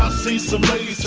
ah see somebody said